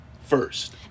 first